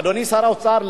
אדוני שר האוצר,